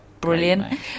Brilliant